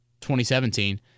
2017